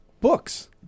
books